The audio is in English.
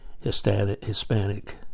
Hispanic